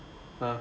(uh huh)